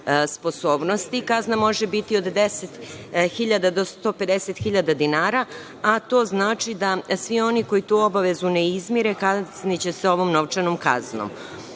sposobnosti kazna može biti od 10.000 do 150.000 dinara, a to znači da svi oni koji tu obavezu ne izmire kazniće se ovom novčanom kaznom. Ovo